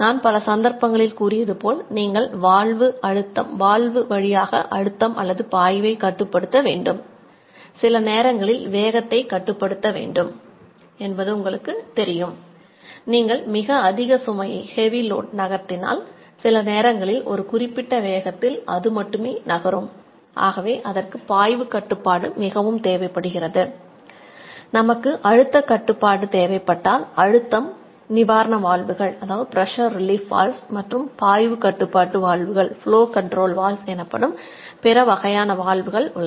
நான் பல சந்தர்ப்பங்களில் கூறியதுபோல் நீங்கள் வால்வு எனப்படும் பிற வகையான வால்வுகள் உள்ளன